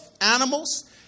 animals